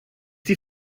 die